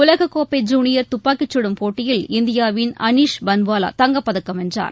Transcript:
உலகக் கோப்பை ஜூனியர் துப்பாக்கிச் சுடும் போட்டியில் இந்தியாவின் அனிஷ் பன்வாலா தங்கப் பதக்கம் வென்றார்